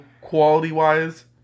quality-wise